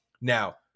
now